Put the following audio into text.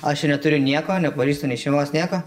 aš čia neturiu nieko nepažįstu nei šeimos nieko